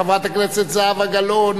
חברת הכנסת זהבה גלאון